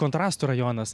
kontrastų rajonas